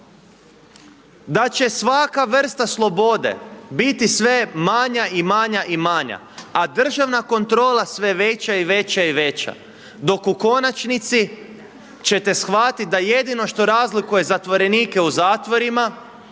da će svaka vrsta slobode biti sve manja i manja i manja a državna kontrola sve veća, veća i veća. Dok u konačnici ćete shvatiti da jedino što razlikuje zatvorenike u zatvorima